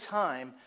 time